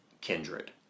Kindred